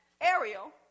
Ariel